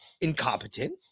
incompetent